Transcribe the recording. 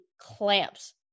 clamps